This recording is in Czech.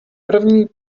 první